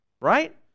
Right